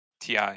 TI